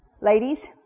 Ladies